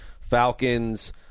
Falcons